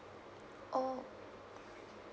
oh